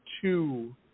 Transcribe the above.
two